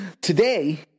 Today